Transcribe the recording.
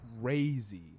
crazy